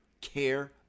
care